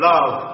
Love